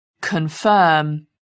confirm